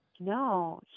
no